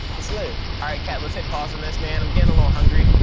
it's lit. all right, kat. let's hit pause on this, man. i'm gettin' a little hungry.